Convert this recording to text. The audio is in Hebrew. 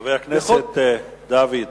חבר הכנסת דוד,